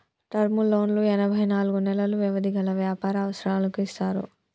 term లోన్లు ఎనభై నాలుగు నెలలు వ్యవధి గల వ్యాపార అవసరాలకు ఇస్తారు